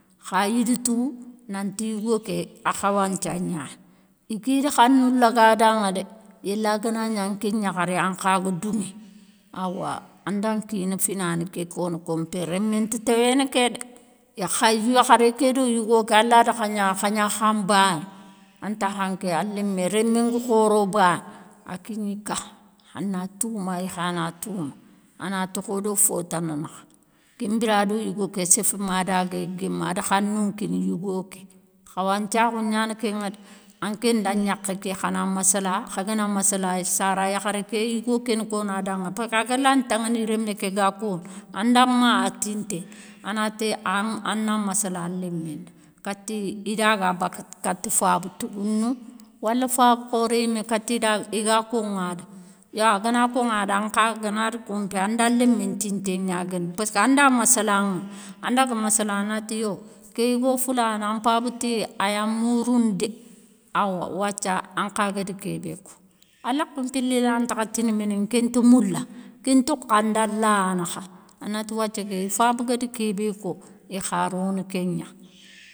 Kha idi tou nanti yigo ké ahh khawanthia gnani, iti da khanou laga ganŋa dé, yéla ganagni anké gnakharé ankha ga dounŋé, awa anda nkina fina ké kono kompé rémé nti téwéné kédé, yo yakharé ké do yigo ké ala da khagna khagna khame mbané, antakha nké ala lémé, rémé nga khoro bané, a kigni ka ana touma ikhana touma, ana tokho do fotana nakha kén mbirado yigo ké séfé madaga guéme, ada khanou nkina yigo ké, khawanthiakhou gnana kén ŋa dé, anké nda gnakhé ké khana massala, kha gana masssala, i ssara yakharé ké yigo kén kona danŋa passka kén lanti ténŋéni rémé ké ga kono, anda maa tinténi, anati ana massala an lémé nda kati idaga bakka kati faba tougounou waleu faba khoré yimé kati idag iga konŋa da, yo agana konŋa da ankha ganari kompé anda lémé ntintégna guéni, passka nda massalaŋa, andaga massala anati yo, ké yigo foulané an mpaba ti aya mouroune dé, awa wathia ankha guér kébé ko. A lakhou mpili ran ntakh tini méné nkénti moula kén ntokha nda la nakha, anati wathia ké ifaba guér kébé ko, ikha rono kéngna.